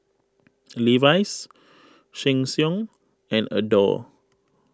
Levi's Sheng Siong and Adore